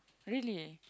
really